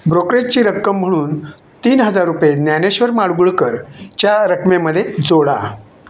ब्रोकरेजची रक्कम म्हणून तीन हजार रुपये ज्ञानेश्वर माडगुळकर च्या रकमेमध्ये जोडा